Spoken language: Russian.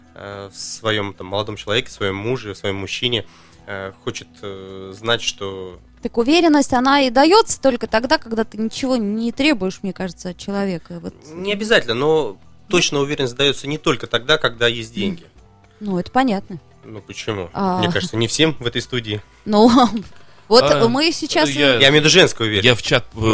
э, в своём, там, молодом человеке, своём муже, в своём мужчине, э, хочет, э, знать, что- Так уверенность, она и даётся только тогда, когда ты ничего не требуешь, мне кажется, от человека. Вот. Не обязательно, но Ну. точно уверенность даётся не только тогда, когда есть М. деньги. Ну, это понятно. Ну, почему? А. Мне кажется, не всем в этой студии. Ну, ладно. Вот А, мы ну, сейчас- я- Я имею в виду женскую уверенность. Я в чат, э,